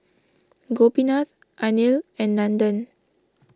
Gopinath Anil and Nandan